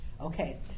Okay